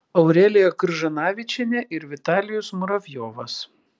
aurelija kržanavičienė ir vitalijus muravjovas